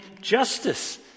justice